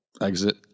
exit